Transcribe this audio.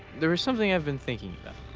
there is something i've been thinking